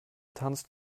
tanzt